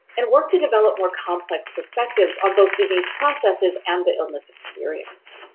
and work to develop more complex perspectives on both disease processes and the illness experience.